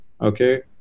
okay